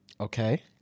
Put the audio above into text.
Okay